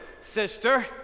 sister